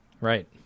Right